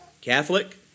Catholic